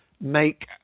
make